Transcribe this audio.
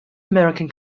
american